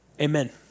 Amen